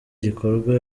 gikorwa